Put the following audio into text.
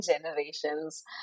generations